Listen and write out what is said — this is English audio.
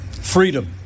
Freedom